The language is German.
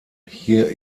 hier